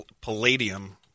palladium